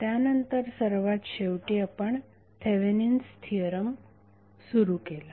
त्यानंतर सर्वात शेवटी आपण थेवेनिन्स थिअरम सुरू केला